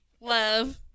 love